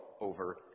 over